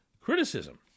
criticism